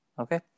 Okay